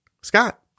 Scott